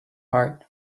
heart